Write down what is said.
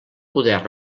poder